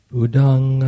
Budang